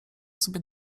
sobie